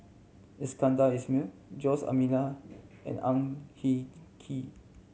Iskandar Ismail Jose D'Almeida and Ang Hin Kee